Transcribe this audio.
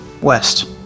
west